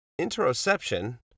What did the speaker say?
Interoception